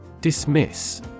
Dismiss